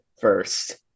first